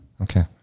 Okay